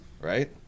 Right